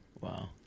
Wow